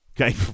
Okay